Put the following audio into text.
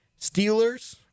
Steelers